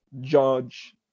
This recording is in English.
judge